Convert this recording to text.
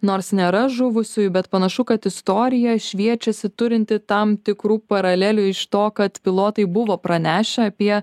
nors nėra žuvusiųjų bet panašu kad istorija šviečiasi turinti tam tikrų paralelių iš to kad pilotai buvo pranešę apie